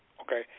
okay